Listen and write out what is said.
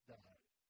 died